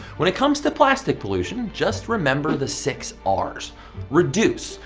when it comes to plastic pollution, just remember the six r's reduce!